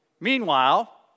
Meanwhile